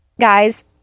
Guys